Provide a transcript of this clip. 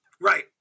right